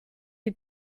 die